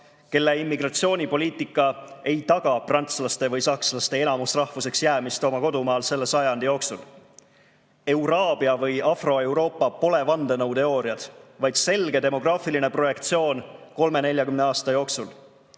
kelle immigratsioonipoliitika ei taga prantslaste või sakslaste enamusrahvuseks jäämist oma kodumaal selle sajandi jooksul. Euraabia või afroeuroopa pole vandenõuteooriad, vaid selge demograafiline projektsioon 30–40 aasta jooksul.